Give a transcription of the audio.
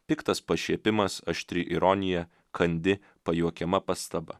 piktas pašiepimas aštri ironija kandi pajuokiama pastaba